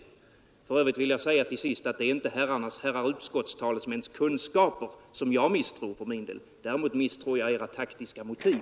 Till sist vill jag säga att det inte är herrar utskottstalesmäns kunskaper som jag för min del misstror. Däremot misstror jag era taktiska motiv.